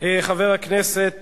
חבר הכנסת